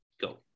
go